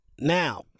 Now